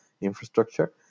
infrastructure